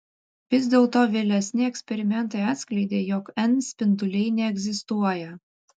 vis dėlto vėlesni eksperimentai atskleidė jog n spinduliai neegzistuoja